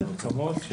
יש הסכמות,